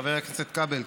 חבר הכנסת כבל,